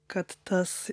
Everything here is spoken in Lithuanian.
kad tas